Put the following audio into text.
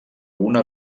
una